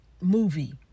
movie